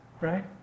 right